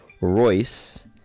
Royce